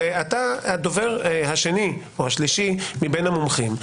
ואתה הדובר השני או השלישי מבין המומחים.